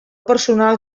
personal